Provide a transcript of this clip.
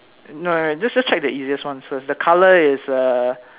no just just check the easiest one first the color is err